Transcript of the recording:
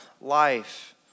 life